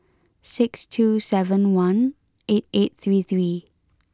six two seven one eight eight three three